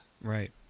Right